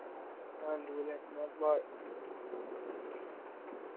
आलू गै लैने मैं बाय